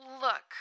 Look